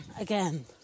Again